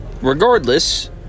regardless